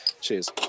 cheers